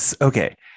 okay